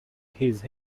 his